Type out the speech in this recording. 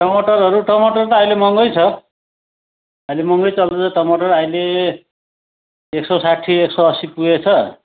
टमाटरहरू टमाटर त अहिले महँगै छ अहिले महँगै चल्दैछ टमाटर अहिले एक सौ साठी एक सौ असी पुगेछ